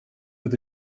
with